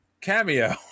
cameo